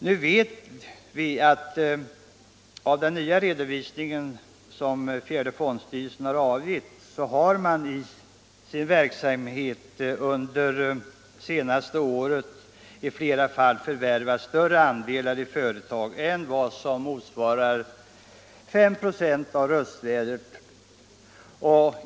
Nu vet vi av den nya redovisning som fjärde fondstyrelsen har avgett över sin verksamhet att fonden under det senaste året i flera fall har förvärvat större andelar i företag än som motsvarar 5 "» av röstvärdet.